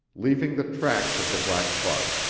leaving the tracks of the black buck,